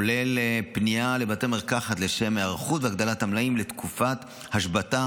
כולל פנייה לבתי מרקחת לשם היערכות והגדלת המלאים לתקופת השבתה